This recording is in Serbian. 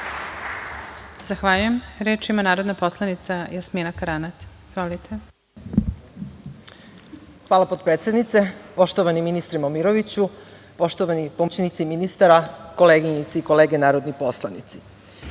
Zahvaljujem. Reč ima narodna poslanica Jasmina Karanac. Izvolite. **Jasmina Karanac** Hvala potpredsednice. Poštovani ministre Momiroviću, poštovani pomoćnici ministara, koleginice i kolege narodni poslanici,